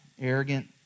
arrogant